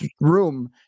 room